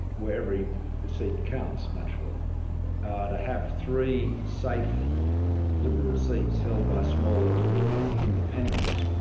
where every seat counts naturally to have three safe liberal seats held by small l liberal independents,